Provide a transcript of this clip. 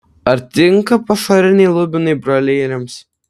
ar tinka pašariniai lubinai broileriams